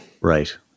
Right